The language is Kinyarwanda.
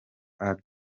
act